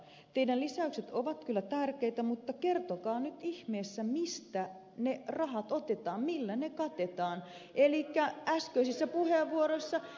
teidän lisäyksenne ovat kyllä tärkeitä mutta kertokaa nyt ihmeessä mistä ne rahat otetaan millä ne lisäykset katetaan